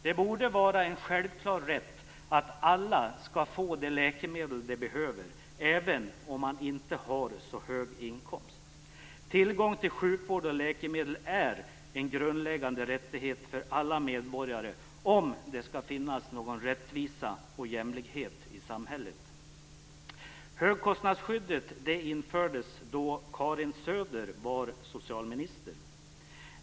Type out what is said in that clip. Det borde vara en självklar rätt att alla skall få de läkemedel de behöver även om man inte har så hög inkomst. Tillgång till sjukvård och läkemedel är en grundläggande rättighet för alla medborgare om det skall finnas någon rättvisa och jämlikhet i samhället. Högkostnadsskyddet infördes då Karin Söder var socialminister.